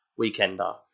weekender